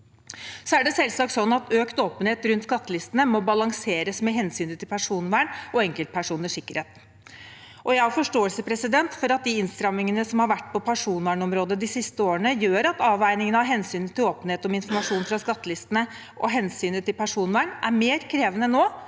Så er det selvsagt sånn at økt åpenhet rundt skattelistene må balanseres mot hensynet til personvern og enkeltpersoners sikkerhet. Jeg har forståelse for at de innstrammingene som har vært på personvernområdet de siste årene, gjør at avveiningen mellom hensynet til åpenhet om informasjon fra skattelistene og hensynet